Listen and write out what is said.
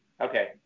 Okay